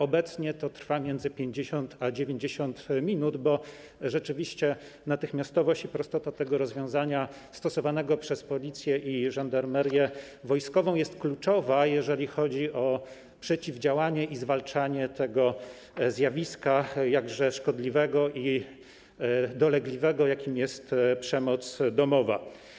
Obecnie to trwa między 50 a 90 minut, bo rzeczywiście natychmiastowość i prostota tego rozwiązania, stosowanego przez Policję i Żandarmerię Wojskową, jest kluczowa, jeżeli chodzi o przeciwdziałanie przemocy i zwalczanie jakże szkodliwego i dolegliwego zjawiska przemocy domowej.